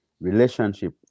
relationship